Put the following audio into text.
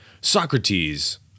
Socrates